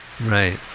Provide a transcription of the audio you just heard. Right